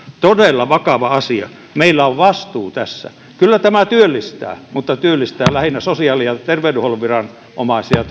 todella vakava asia meillä on vastuu tässä kyllä tämä työllistää mutta työllistää lähinnä sosiaali ja terveydenhuollon viranomaisia